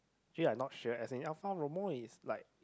actually I not sure as in Alfa-Romeo is like